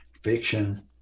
fiction